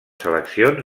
seleccions